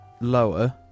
lower